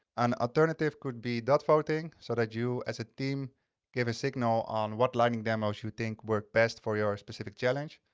an alternative could be dot voting, so that you, as a team give a signal on what lighting demos you think work best for your specific challenge.